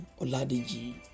Oladiji